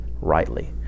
rightly